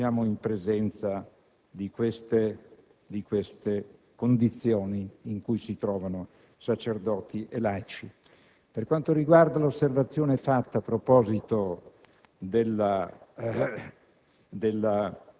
da fare quando siamo in presenza di condizioni quali queste in cui si trovano sacerdoti e laici. Per quanto riguarda l'osservazione fatta a proposito di